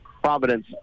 Providence